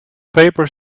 paper